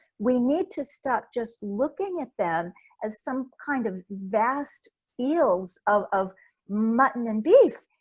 we need to stop just looking at them as some kind of vast field of of mutton and beef.